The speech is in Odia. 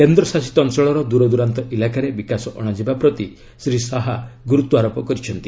କେନ୍ଦ୍ର ଶାସିତ ଅଞ୍ଚଳର ଦୂରଦୂରାନ୍ତ ଇଲାକାରେ ବିକାଶ ଅଣାଯିବା ପ୍ରତି ଶ୍ରୀ ଶାହା ଗୁରୁତ୍ୱାରୋପ କରିଛନ୍ତି